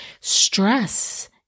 stress